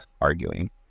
arguing